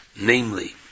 Namely